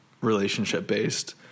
relationship-based